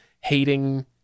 hating